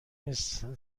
نیست